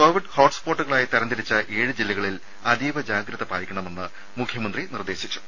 Covid ഹോട്ട്സ്പോട്ടുകളായി തരംതിരിച്ച ഏഴ് ജില്ലകളിൽ അതീവ ജാഗ്രത പാലിക്കണമെന്ന് മുഖ്യമന്ത്രി നിർദ്ദേശിച്ചു